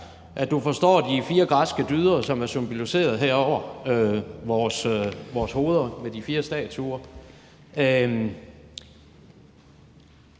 at du forstår de fire græske dyder, som jo er symboliseret her over vores hoveder med de fire statuer.